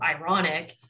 ironic